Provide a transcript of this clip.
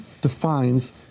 defines